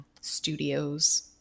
studios